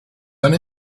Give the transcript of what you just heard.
done